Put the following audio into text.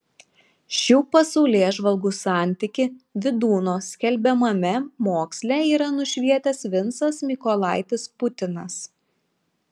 šių pasaulėžvalgų santykį vydūno skelbiamame moksle yra nušvietęs vincas mykolaitis putinas